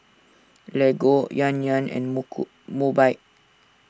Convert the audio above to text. Lego Yan Yan and Mobike